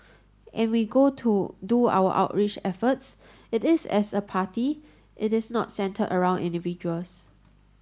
and we go to do our outreach efforts it is as a party it is not centred around individuals